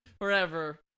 forever